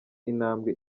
intambwe